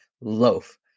loaf